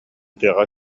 тыаҕа